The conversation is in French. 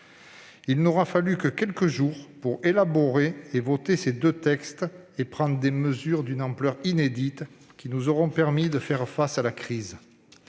Il n'aura fallu que quelques jours pour élaborer et adopter ces deux textes et prendre des mesures d'une ampleur inédite, qui nous auront permis de faire face à la crise.